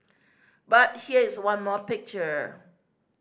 but here's one more picture